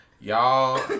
y'all